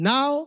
Now